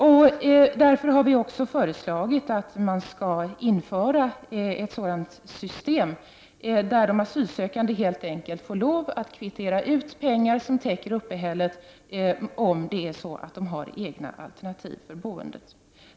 Därför har folkpartiet också föreslagit att ett sådant system skall införas att de asylsökande helt enkelt får kvittera ut pengar som täcker uppehället om de har egna alternativ för boendet.